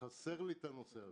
חסר לי הנושא הזה.